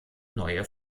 neue